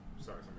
sorry